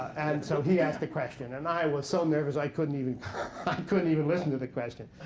and so he asked the question. and i was so nervous i couldn't even couldn't even listen to the question.